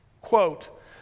quote